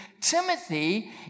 Timothy